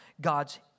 God's